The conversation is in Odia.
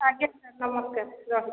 ଆଜ୍ଞା ସାର୍ ନମସ୍କାର ରହିଲି